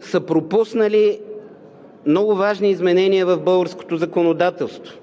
са пропуснали много важни изменения в българското законодателство.